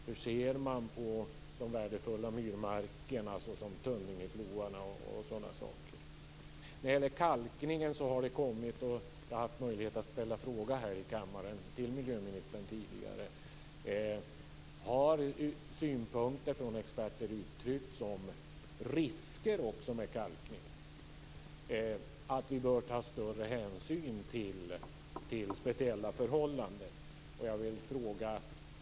Hur ser man på värdefulla myrmarker som Tönningfloarna osv.? När det gäller kalkningen har jag tidigare haft möjlighet att ställa en fråga till miljöministern. Har det från experter också framförts synpunkter om risker med kalkningen och om att vi bör ta större hänsyn till speciella förhållanden?